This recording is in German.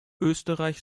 österreich